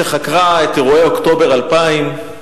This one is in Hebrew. שחקרה את אירועי אוקטובר 2000,